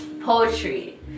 poetry